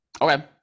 Okay